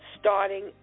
starting